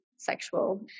sexual